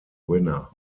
winner